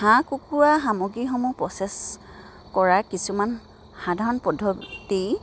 হাঁহ কুকুৰা সামগ্ৰীসমূহ প্ৰচেছ কৰা কিছুমান সাধাৰণ পদ্ধতি